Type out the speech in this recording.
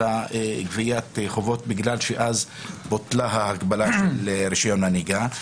גביית חובות בגלל שאז בוטלה ההגבלה של רישיון הנהיגה.